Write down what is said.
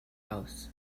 house